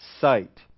sight